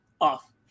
off